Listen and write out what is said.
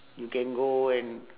you can go and